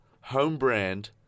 home-brand